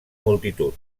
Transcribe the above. multitud